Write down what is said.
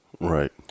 Right